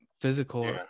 physical